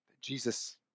Jesus